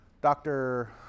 Dr